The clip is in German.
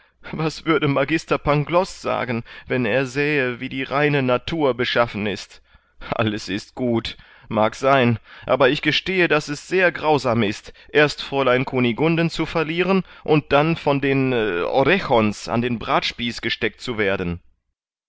was würde magister pangloß sagen wenn er sähe wie die reine natur beschaffen ist alles ist gut mag sein aber ich gestehe daß es sehr grausam ist erst fräulein kunigunden zu verlieren und dann von den orechon's an den bratspieß gesteckt zu werden